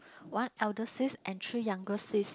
one elder sis and three younger sis